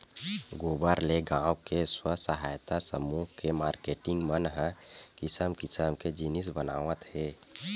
गोबर ले गाँव के स्व सहायता समूह के मारकेटिंग मन ह किसम किसम के जिनिस बनावत हे